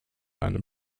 einem